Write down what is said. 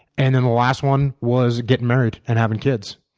and then the last one was getting married and having kids.